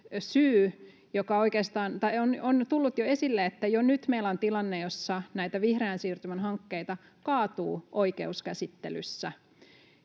esille. On tullut jo esille, että jo nyt meillä on tilanne, jossa näitä vihreän siirtymän hankkeita kaatuu oikeuskäsittelyssä,